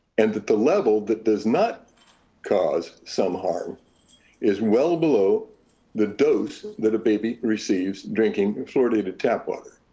and that the level that does not cause some harm is well below the dose that a baby receives drinking fluoridated tap water.